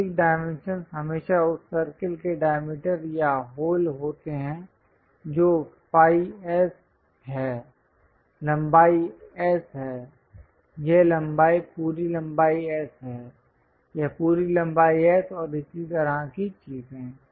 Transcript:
basic dimensions हमेशा उस circle के डायमीटर या होल होते हैं जो फाई S है लंबाई S है यह लंबाई पूरी लंबाई S है यह पूरी लंबाई S और इसी तरह की चीजें हैं